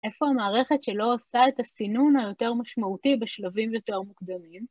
איפה המערכת שלא עושה את הסינון היותר משמעותי בשלבים יותר מוקדמים?